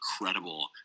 incredible